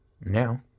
Now